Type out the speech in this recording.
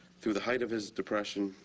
through the height of his depression,